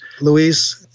Luis